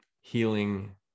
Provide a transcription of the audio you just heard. healing